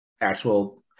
actual